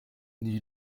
nie